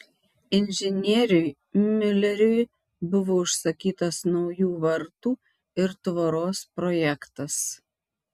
inžinieriui miuleriui buvo užsakytas naujų vartų ir tvoros projektas